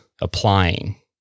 applying